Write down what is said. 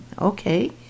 okay